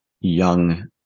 young